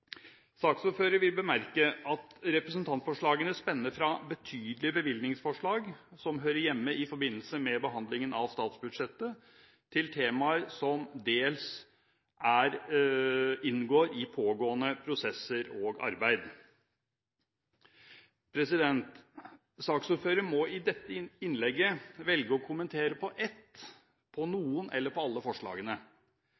vil bemerke at representantforslagene spenner fra betydelige bevilgningsforslag, som hører hjemme i forbindelse med behandlingen av statsbudsjettet, til temaer som dels inngår i pågående prosesser og arbeid. Saksordføreren må i dette innlegget velge å kommentere på ett, på